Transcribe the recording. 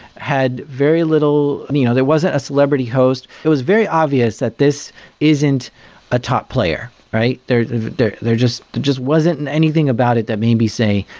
had very little and you know there wasn't a celebrity host. it was very obvious that this isn't a top player, right? there there just just wasn't anything about it that made me say,